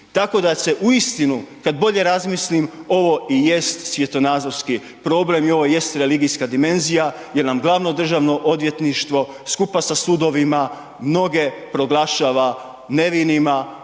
tako da se uistinu kad bolje razmislim, ovo i jest svjetonazorski problem i ovo jest religijska dimenzija jer nam glavno Državno odvjetništvo skupa sa sudovima mnoge proglašava nevinima,